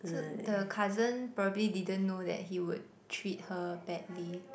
so the cousin probably didn't know that he would treat her badly